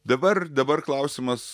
dabar dabar klausimas